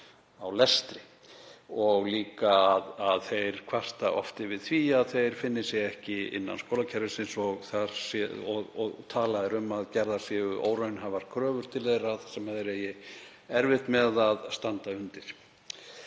á lestri og líka að þeir kvarta oft yfir því að þeir finni sig ekki innan skólakerfisins og talað er um að gerðar séu óraunhæfar kröfur til þeirra sem þeir eigi erfitt með að standa undir.